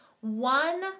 one